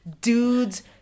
dudes